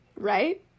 right